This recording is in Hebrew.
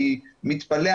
אני מתפלא..